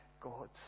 God's